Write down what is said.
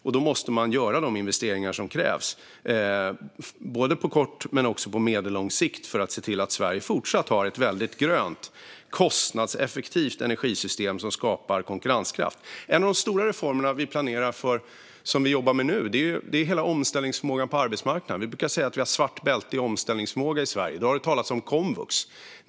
Därför måste man göra de investeringar som krävs på både kort och medellång sikt för att se till att Sverige fortsatt har ett grönt och kostnadseffektivt energisystem som skapar konkurrenskraft. En av de stora reformer som vi planerar för och jobbar med nu gäller omställningsförmågan på arbetsmarknaden. Vi brukar säga att vi har svart bälte i omställningsförmåga i Sverige. Det har talats om komvux.